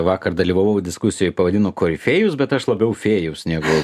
vakar dalyvavau diskusijoj pavadino korifėjus bet aš labiau fėjus negu